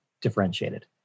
differentiated